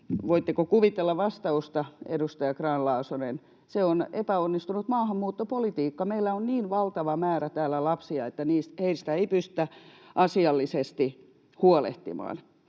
Voitteko kuvitella vastausta, edustaja Grahn-Laasonen — se on epäonnistunut maahanmuuttopolitiikka. Meillä on niin valtava määrä täällä lapsia, että heistä ei pystytä asiallisesti huolehtimaan.